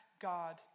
God